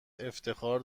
افتخار